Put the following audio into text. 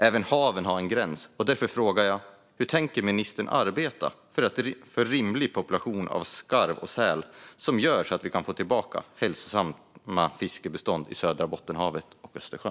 Även haven har en gräns, och därför frågar jag: Hur tänker ministern arbeta för rimliga populationer av skarv och säl så att vi kan få tillbaka hälsosamma fiskbestånd i södra Bottenhavet och Östersjön?